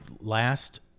last